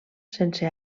sense